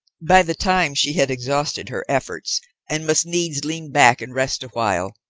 by the time she had exhausted her efforts and must needs lean back and rest awhile,